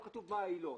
לא כתוב מה העילות.